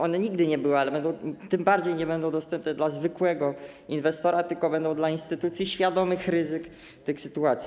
One nigdy nie były, ale tym bardziej nie będą dostępne dla zwykłego inwestora, tylko dla instytucji świadomych ryzyk tych sytuacji.